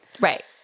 Right